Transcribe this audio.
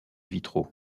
vitraux